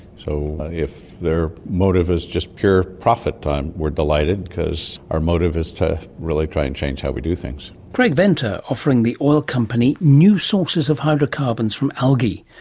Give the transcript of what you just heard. so if their motive is just pure profit, we're delighted because our motive is to really try and change how we do things. craig venter offering the oil company new sources of hydrocarbons from algae,